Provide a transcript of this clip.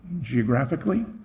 geographically